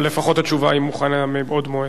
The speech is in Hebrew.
אבל העמדה שלך ושל חבר הכנסת חנין, אם יהיה פה,